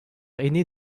aînée